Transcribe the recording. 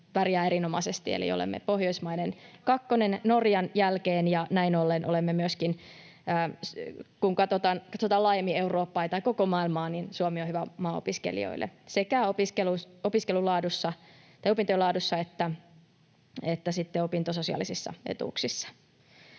pärjää erinomaisesti, eli olemme Pohjoismaiden kakkonen Norjan jälkeen. Näin ollen, kun katsotaan laajemmin Eurooppaa tai koko maailmaa, Suomi on hyvä maa opiskelijoille sekä opintojen laadussa että opintososiaalisissa etuuksissa.